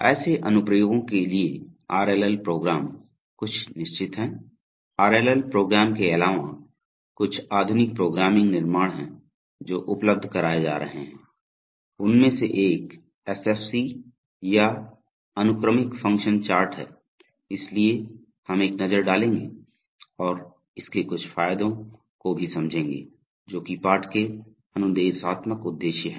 ऐसे अनुप्रयोगों के लिए आरएलएल प्रोग्राम कुछ निश्चित हैं आरएलएल प्रोग्राम के अलावा कुछ आधुनिक प्रोग्रामिंग निर्माण हैं जो उपलब्ध कराए जा रहे हैं उनमें से एक एसएफसी या अनुक्रमिक फ़ंक्शन चार्ट है इसलिए हम एक नज़र डालेंगे और इसके कुछ फायदों को भी समझेंगे जोकि पाठ के अनुदेशात्मक उद्देश्य है